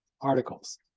articles